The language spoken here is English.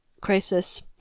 crisis